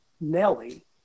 Nelly